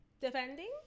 Defending